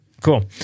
Cool